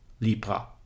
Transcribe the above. Libra